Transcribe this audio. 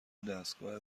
دستگاه